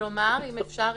כלומר, אם אפשר